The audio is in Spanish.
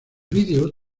vídeo